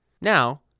Now